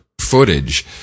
footage